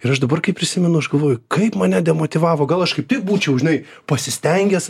ir aš dabar kai prisimenu aš galvoju kaip mane demotyvavo gal aš kaip tik būčiau žinai pasistengęs